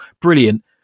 Brilliant